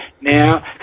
now